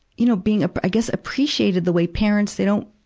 you know, being a i guess, appreciated the way parents, they don't,